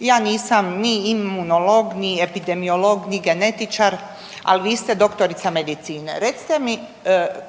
Ja nisam ni imunolog, ni epidemiolog, ni genetičar, ali vi ste doktorica medicine. Recite mi